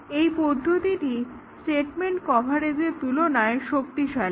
এই পদ্ধতিটি স্টেটমেন্ট কভারেজের তুলনায় শক্তিশালী